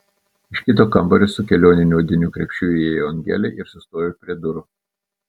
iš kito kambario su kelioniniu odiniu krepšiu įėjo angelė ir sustojo prie durų